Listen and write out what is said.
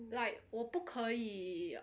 like 我不可以